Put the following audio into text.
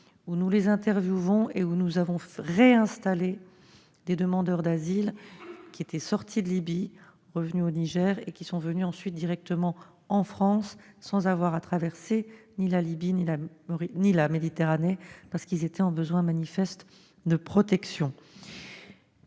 où nous les interviewons et où nous avons réinstallé des demandeurs d'asile qui étaient sortis de Libye, revenus au Niger et qui sont venus ensuite directement en France, sans avoir à traverser ni la Libye ni la Méditerranée, parce qu'ils étaient en besoin manifeste de protection.